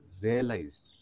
realized